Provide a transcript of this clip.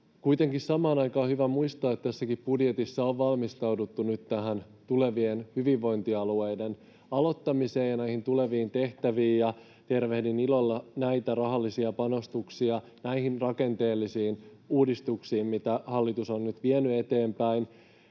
Kuitenkin samaan aikaan on hyvä muistaa, että tässäkin budjetissa on valmistauduttu nyt tulevien hyvinvointialueiden aloittamiseen ja näihin tuleviin tehtäviin. Tervehdin ilolla näitä rahallisia panostuksia näihin rakenteellisiin uudistuksiin, mitä hallitus on nyt vienyt eteenpäin.